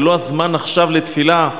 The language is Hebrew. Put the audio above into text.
זה לא הזמן עכשיו לתפילה.